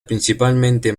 principalmente